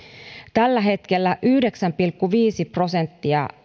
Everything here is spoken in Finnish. tällä hetkellä akavan tilastojen mukaan yhdeksän pilkku viisi prosenttia